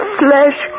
flesh